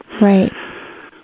Right